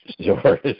Sure